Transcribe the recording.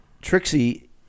Trixie